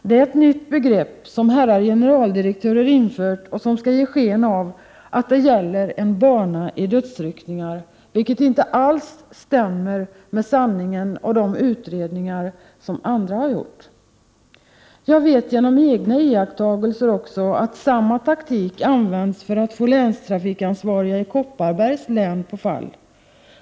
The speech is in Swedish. Det är ett nytt begrepp, som herrar generaldirektörer infört och som skall ge sken av att det gäller en bana i dödsryckningar, vilket inte alls stämmer med sanningen och de utredningar som andra har gjort. Jag vet genom egna iakttagelser också att samma taktik används för att få länstrafikansvariga i Kopparbergs län på fall.